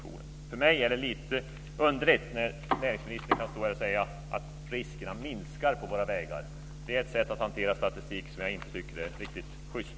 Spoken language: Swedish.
Det framstår för mig som lite underligt att näringsministern här kan säga att riskerna på våra vägar minskar. Det är ett sätt att hantera statistik som jag inte tycker är riktigt schyst.